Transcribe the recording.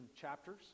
chapters